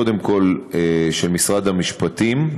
קודם כול של משרד המשפטים,